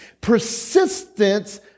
Persistence